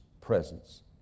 presence